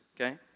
okay